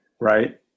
right